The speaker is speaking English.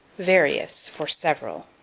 various for several.